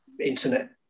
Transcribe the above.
internet